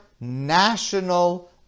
national